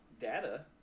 data